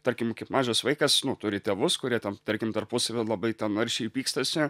tarkim kaip mažas vaikas turi tėvus kurie ten tarkim tarpusavy labai ten aršiai pykstasi